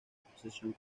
posición